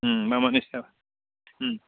मा मानि सायाव